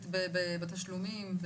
כמו בתשלומים,